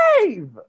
Dave